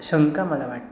शंका मला वाटते